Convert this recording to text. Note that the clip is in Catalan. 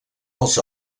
els